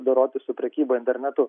dorotis su prekyba internetu